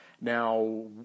Now